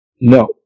No